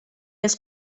els